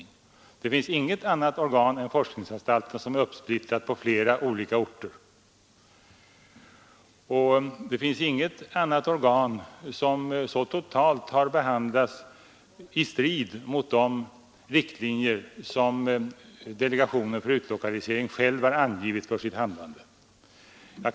Det finns inget annat organ än forskningsanstalten som blir uppsplittrat på flera olika orter och det finns heller inget annat organ som behandlas så totalt i strid mot de riktlinjer som delegationen för utlokalisering själv angivit för sitt handlande.